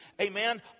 Amen